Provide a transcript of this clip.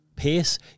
Pace